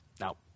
Now